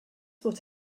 what